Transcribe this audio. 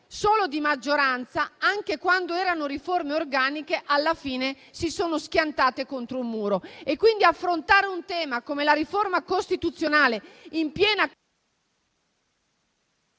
solo di maggioranza, anche quando erano riforme organiche, alla fine si sono schiantate contro un muro. Affrontare un tema come la riforma costituzionale in piena...